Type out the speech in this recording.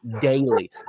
daily